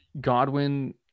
Godwin